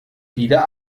wieder